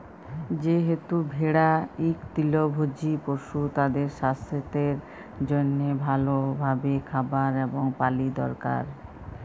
যেহেতু ভেড়া ইক তৃলভজী পশু, তাদের সাস্থের জনহে ভাল ভাবে খাবার এবং পালি দরকার